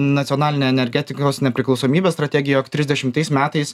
nacionalinę energetikos nepriklausomybės strategiją jog trisdešimtais metais